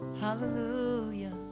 hallelujah